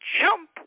jump